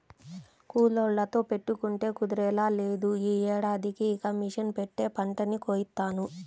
కూలోళ్ళతో పెట్టుకుంటే కుదిరేలా లేదు, యీ ఏడాదికి ఇక మిషన్ పెట్టే పంటని కోయిత్తాను